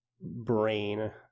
brain